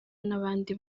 n’abandi